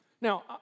Now